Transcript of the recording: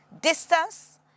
distance